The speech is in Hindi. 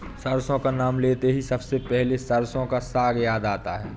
सरसों का नाम लेते ही सबसे पहले सरसों का साग याद आता है